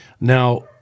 Now